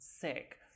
Sick